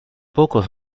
pocos